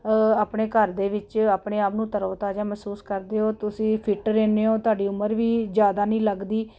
ਆਪਣੇ ਘਰ ਦੇ ਵਿੱਚ ਆਪਣੇ ਆਪ ਨੂੰ ਤਰੋ ਤਾਜ਼ਾ ਮਹਿਸੂਸ ਕਰਦੇ ਹੋ ਤੁਸੀਂ ਫਿਟ ਰਹਿੰਦੇ ਹੋ ਤੁਹਾਡੀ ਉਮਰ ਵੀ ਜ਼ਿਆਦਾ ਨਹੀਂ ਲੱਗਦੀ